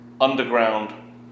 Underground